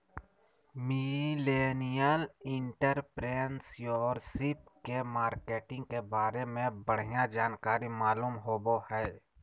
millennial entrepreneurship के marketing के बारे में बढ़िया जानकारी मालूम होबो हय